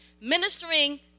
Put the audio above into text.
ministering